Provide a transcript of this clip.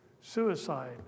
suicide